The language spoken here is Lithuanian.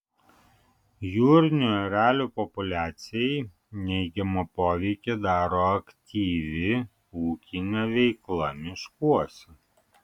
jūrinių erelių populiacijai neigiamą poveikį daro aktyvi ūkinė veikla miškuose